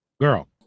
girl